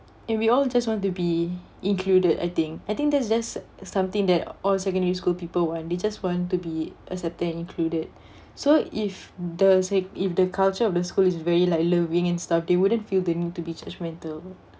and we all just want to be included I think I think that's just something that all secondary school people want they just want to be accepted and included so if the say if the culture of the school is very like loving and stuff they wouldn't feel the need to be judgmental